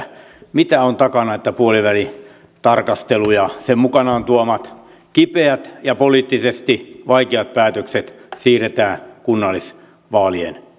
mitä on sen takana että puolivälitarkastelu ja sen mukanaan tuomat kipeät ja poliittisesti vaikeat päätökset siirretään kunnallisvaalien